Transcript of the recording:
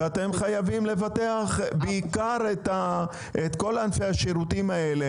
ואתם חייבים לבטח בעיקר את כל ענפי השירותים האלה,